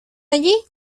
allí